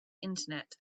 internet